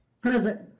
Present